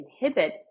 inhibit